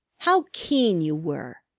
how keen you were!